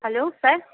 hello sir